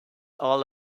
all